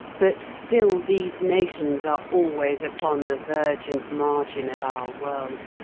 but still these nations are always upon the verge and margin of our world,